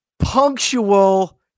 punctual